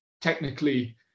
technically